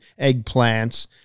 eggplants